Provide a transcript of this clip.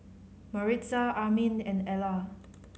Maritza Armin and Ellar